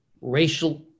racial